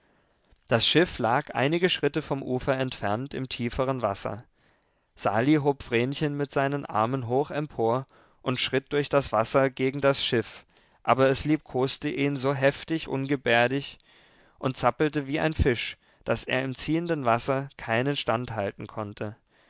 das schiff lag einige schritte vom ufer entfernt im tieferen wasser sali hob vrenchen mit seinen armen hoch empor und schritt durch das wasser gegen das schiff aber es liebkoste ihn so heftig ungebärdig und zappelte wie ein fisch daß er im ziehenden wasser keinen stand halten konnte